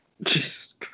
Jesus